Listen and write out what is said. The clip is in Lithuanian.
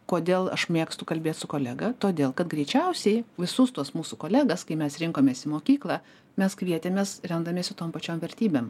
kodėl aš mėgstu kalbėt su kolega todėl kad greičiausiai visus tuos mūsų kolegas kai mes rinkomės į mokyklą mes kvietėmės remdamiesi tom pačiom vertybėm